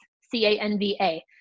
C-A-N-V-A